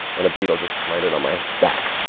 and a beetle just landed on my back.